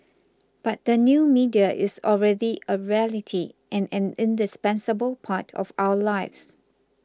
but the new media is already a reality and an indispensable part of our lives